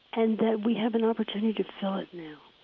and that we have an opportunity to fill it now,